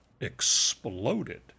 exploded